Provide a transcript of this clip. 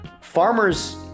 farmers